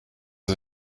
sie